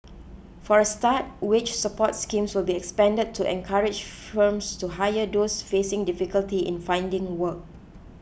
for a start wage support schemes will be expanded to encourage firms to hire those facing difficulty in finding work